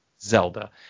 Zelda